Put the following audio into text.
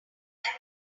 can